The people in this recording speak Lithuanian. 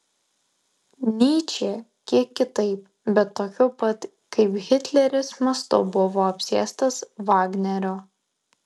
nyčė kiek kitaip bet tokiu pat kaip hitleris mastu buvo apsėstas vagnerio